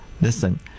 Listen